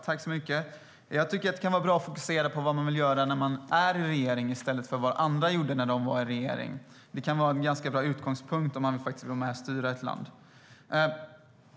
Herr talman! Jag tycker att det kan vara bra att fokusera på vad man vill göra när man är i regering i stället för på vad andra gjorde när de var i regering. Det kan vara en ganska bra utgångspunkt om man vill vara med och styra ett land.